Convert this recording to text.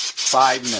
five